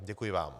Děkuji vám.